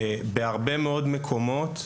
בהרבה מאוד מקומות,